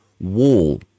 Wall